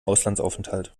auslandsaufenthalt